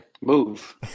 Move